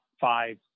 five